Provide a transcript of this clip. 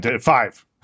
Five